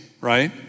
right